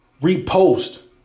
repost